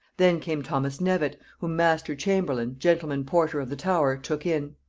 then came thomas knevet, whom master chamberlain, gentleman-porter of the tower, took in.